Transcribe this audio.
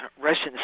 Russian